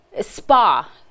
Spa